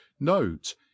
Note